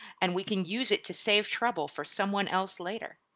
and we can use it to save trouble for someone else later.